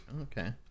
Okay